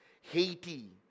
Haiti